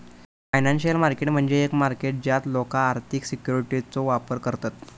financial market म्हणजे एक market ज्यात लोका आर्थिक सिक्युरिटीजचो व्यापार करतत